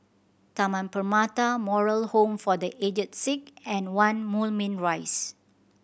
Taman Permata Moral Home for The Aged Sick and One Moulmein Rise